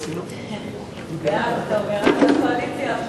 סעיפים 1 6 נתקבלו.